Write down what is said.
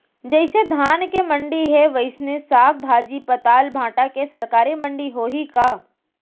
जइसे धान के मंडी हे, वइसने साग, भाजी, पताल, भाटा के सरकारी मंडी होही का?